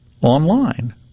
online